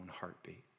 heartbeat